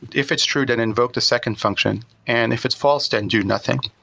if it's true then invoke the second function and if it's false then do nothing.